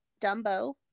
dumbo